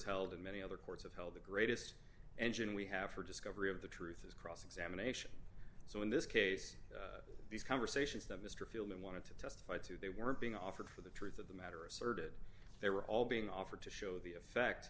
held and many other courts have held the greatest engine we have for discovery of the truth is cross examination so in this case these conversations that mr fielding wanted to testify to they were being offered for the truth of the matter asserted they were all being offered to show the effect